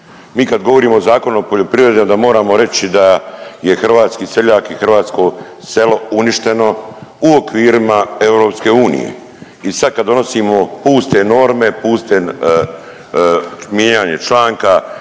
Mi kad govorimo o Zakonu o poljoprivredi onda moramo reći da je hrvatski seljak i hrvatsko selo uništeno u okvirima EU. I sad kad donosimo puste norme, puste mijenjanje članka,